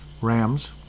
Rams